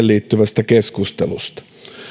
liittyvästä keskustelusta